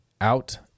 out